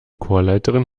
chorleiterin